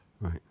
Right